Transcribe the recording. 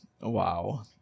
Wow